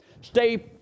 Stay